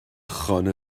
خانه